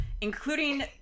including